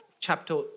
chapter